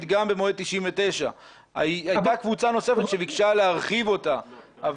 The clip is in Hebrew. גם במועד 99'. הייתה קבוצה נוספת שביקשה להרחיב אותה,